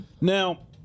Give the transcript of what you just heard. Now